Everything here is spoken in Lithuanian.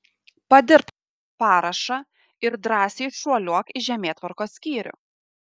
padirbk parašą ir drąsiai šuoliuok į žemėtvarkos skyrių